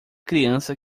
criança